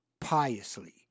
piously